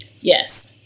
Yes